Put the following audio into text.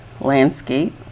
landscape